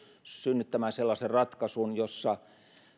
synnyttämään sellaisen ratkaisun jossa